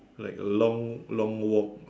like long long walk